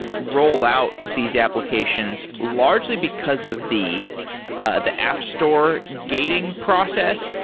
rollout these applications largely because of the ah the app store gating process.